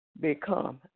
become